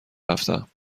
رفتم